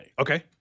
Okay